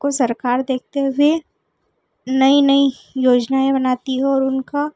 को सरकार देखते हुए नई नई योजनाएं बनाती हैं और उनका